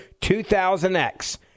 2000X